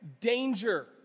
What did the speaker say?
danger